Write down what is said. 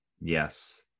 Yes